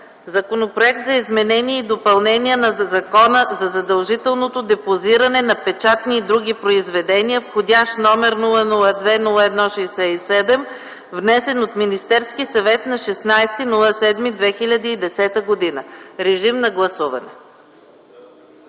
Законопроект за изменение и допълнение на Закона за задължителното депозиране на печатни и други произведения под № 002-01-67, внесен от Министерския съвет на 16 юли 2010 г. Гласували